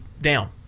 down